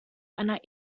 einer